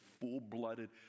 full-blooded